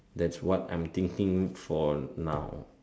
that's what I'm thinking for now